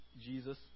Jesus